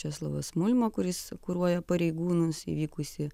česlovas mulma kuris kuruoja pareigūnus įvykusi